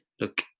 Look